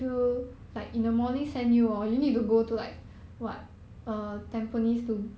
why leh like very jialat ah